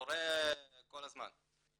קורה כל הזמן.